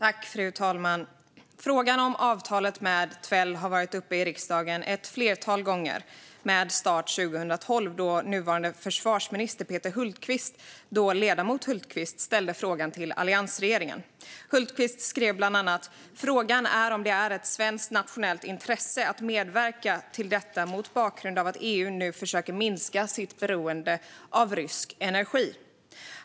Fru talman! Frågan om avtalet med Tvel har varit uppe i riksdagen ett flertal gånger, med start 2012 då nuvarande försvarsminister Peter Hultqvist, då ledamot, ställde frågan till alliansregeringen. Hultqvist skrev bland annat: "Frågan är om det är ett svenskt nationellt intresse att medverka till detta mot bakgrund av att EU nu försöker minska sitt beroende av rysk energi."